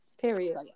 Period